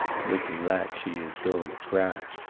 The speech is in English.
looking like she is going to cry,